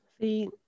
See